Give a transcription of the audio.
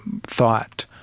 thought